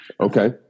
Okay